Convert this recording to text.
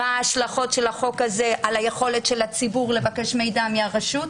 מה השלכות החוק הזה על היכולת של הציבור לבקש מידע מהרשות.